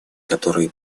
которые